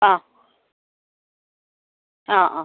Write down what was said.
ആ ആ ആ